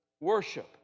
Worship